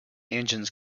engines